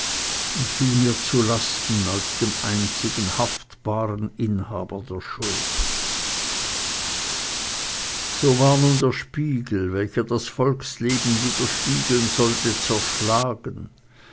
und fiel mir zu lasten als dem einzigen haftbaren inhaber der schuld so war nun der spiegel welcher das volksleben widerspiegeln sollte zerschlagen